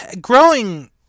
growing